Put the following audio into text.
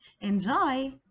Enjoy